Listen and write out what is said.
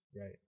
Right